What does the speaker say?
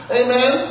amen